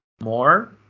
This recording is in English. More